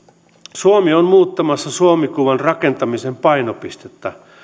suomi on muuttamassa suomi kuvan rakentamisen painopistettä